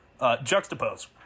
Juxtapose